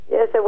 Yes